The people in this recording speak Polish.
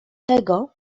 tego